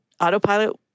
Autopilot